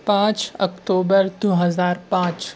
پانچ اکتوبر دو ہزار پانچ